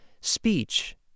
speech